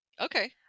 okay